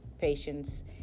patients